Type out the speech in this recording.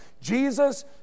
Jesus